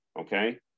Okay